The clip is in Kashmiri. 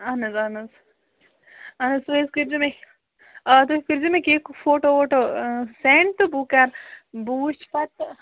اہَن حظ اہَن حظ اہن حظ تُہۍ حظ کٔرۍ زیو مےٚ آ تُہۍ حظ کٔرۍزیو مےٚ کیہ فوٹو ووٹو سٮ۪نٛڈ تہٕ بہٕ کَرٕ بہٕ وٕچھ پَتہٕ